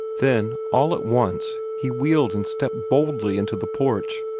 then, all at once, he wheeled and stepped boldly into the porch,